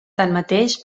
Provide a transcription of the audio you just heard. tanmateix